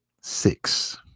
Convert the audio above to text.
six